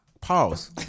Pause